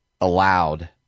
allowed